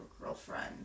girlfriend